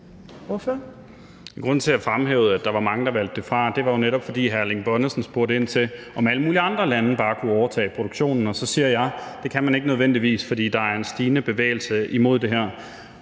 Grunden til, at jeg fremhævede, at der var mange, der valgte det fra, var jo netop, at hr. Erling Bonnesen spurgte ind til, om alle mulige andre lande bare kunne overtage produktionen, og så sagde jeg, at det kan man ikke nødvendigvis, for der er en stigende bevægelse imod det her.